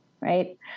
right